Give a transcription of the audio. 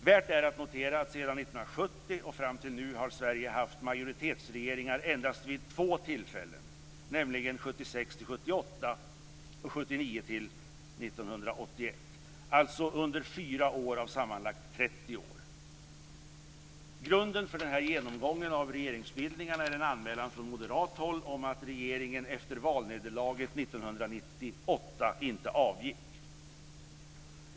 Värt är att notera att sedan 1970 och fram till nu har Sverige haft majoritetsregeringar endast vid två tillfällen, nämligen 1976-1978 och 1979-1981. Alltså under 4 av sammanlagt 30 år. Grunden för denna genomgång av regeringsbildningarna är en anmälan från moderat håll om att regeringen efter valnederlaget 1998 inte avgick.